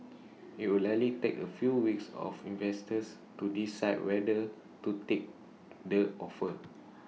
IT will likely take A few weeks of investors to decide whether to take the offer